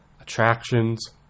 attractions